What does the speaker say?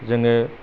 जोङो